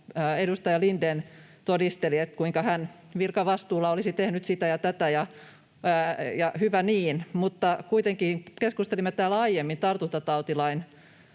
edustaja Lindén todisteli, kuinka hän virkavastuulla olisi tehnyt sitä ja tätä, ja hyvä niin. Mutta kuitenkin keskustelimme täällä aiemmin tartuntatautilain